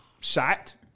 shot